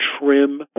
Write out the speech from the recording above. trim